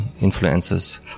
influences